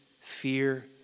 fear